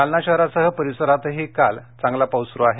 जालना शहरासह परिसरातही काल चांगला पाऊस सुरु आहे